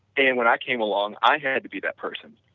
and when i came along, i had to be that person.